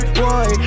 boy